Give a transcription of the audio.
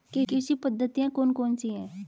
कृषि पद्धतियाँ कौन कौन सी हैं?